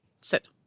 Sit